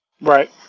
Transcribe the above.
Right